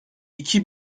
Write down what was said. iki